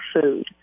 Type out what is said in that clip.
food